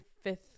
fifth